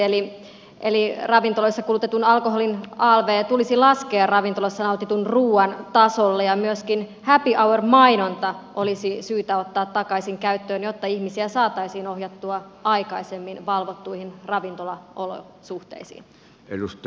eli ravintoloissa kulutetun alkoholin alv tulisi laskea ravintoloissa nautitun ruuan tasolle ja myöskin happy hour mainonta olisi syytä ottaa takaisin käyttöön jotta ihmisiä saataisiin ohjattua aikaisemmin valvottuihin ravintolaolosuhteisiin